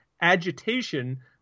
agitation